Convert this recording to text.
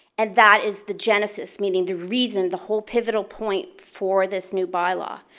and that is the genesis meaning the reason the whole pivotal point for this new by law.